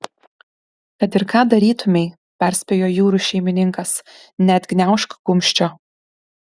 kad ir ką darytumei perspėjo jūrų šeimininkas neatgniaužk kumščio